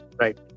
Right